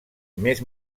més